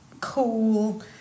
cool